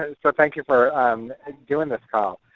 and so thank you for um ah doing this call.